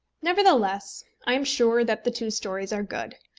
nevertheless i am sure that the two stories are good.